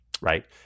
Right